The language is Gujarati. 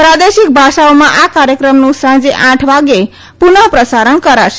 પ્રાદેશિક ભાષાઓમાં આ કાર્યક્રમનું સાંજે આઠ વાગ્યે પુનઃ પ્રસારણ કરાશે